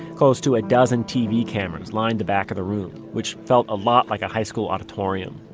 close to a dozen tv cameras lined the back of the room, which felt a lot like a high school auditorium